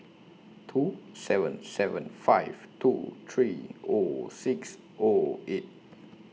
two seven seven five two three O six O eight